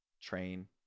train